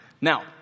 Now